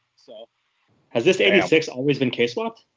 so has this eighty six always been k-swapped?